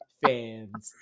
fans